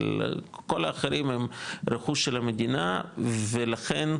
אבל כל האחרים הם רכוש של המדינה ולכן,